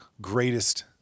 greatest